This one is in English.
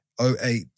08